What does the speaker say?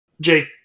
Jake